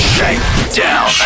Shakedown